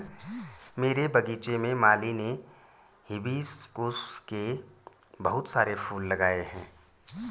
मेरे बगीचे में माली ने हिबिस्कुस के बहुत सारे फूल लगाए हैं